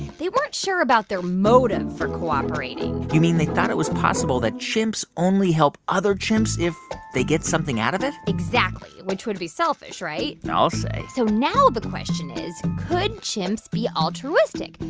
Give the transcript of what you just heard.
they weren't sure about their motive for cooperating you mean they thought it was possible that chimps only help other chimps if they get something out of it? exactly, which would be selfish, right? and i'll say so now the question is, could chimps be altruistic?